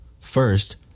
First